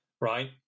right